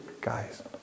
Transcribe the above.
Guys